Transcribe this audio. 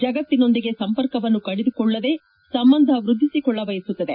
ಜಗತ್ತಿನೊಂದಿಗೆ ಸಂಪರ್ಕವನ್ನು ಕಡಿದುಕೊಳ್ಳದೇ ಸಂಬಂಧ ವೃದ್ದಿಸಿಕೊಳ್ಳಬಯಸುತ್ತದೆ